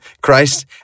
Christ